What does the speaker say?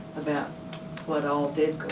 about what all did